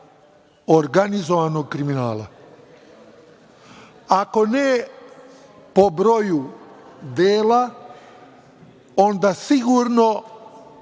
organizovanog kriminala. Ako ne po broju dela, onda sigurno